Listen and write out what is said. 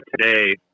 today